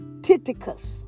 Titicus